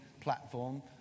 platform